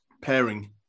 pairing